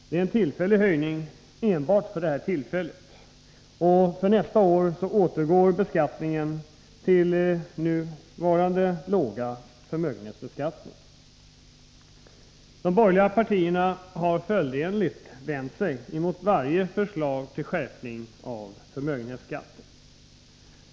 Det är en tillfällig höjning som enbart gäller vid detta tillfälle. Nästa år återgår beskattningen till nuvarande låga nivå. De borgerliga partierna har följdenligt vänt sig emot varje förslag till skärpning av förmögenhetsbeskattningen.